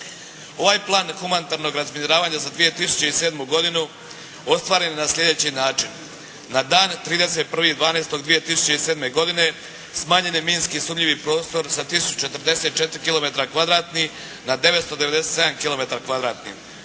Ovaj plan humanitarnog razminiravanja za 2007. godinu ostvaren je na sljedeći način. Na dan 31.12.2007. godine smanjen je minski sumnjivi prostor sa 1044 km2 na 997 km2.